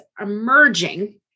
emerging